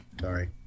Sorry